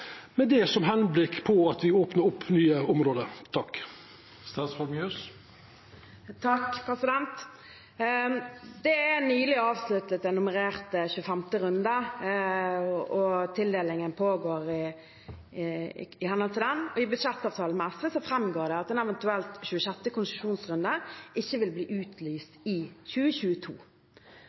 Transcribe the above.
med tanke på å opna opp nye område? Det er nylig avsluttet en nummerert 25. runde, og tildelingen pågår i henhold til den. I budsjettavtalen med SV framgår det at en eventuelt 26. konsesjonsrunde ikke vil bli utlyst i 2022.